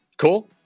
Cool